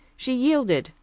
she yielded,